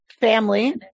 family